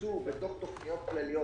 הוקצו בתוך תוכניות כלליות